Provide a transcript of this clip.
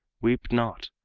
weep not!